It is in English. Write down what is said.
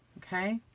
okay.